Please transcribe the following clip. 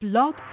Blog